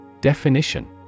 Definition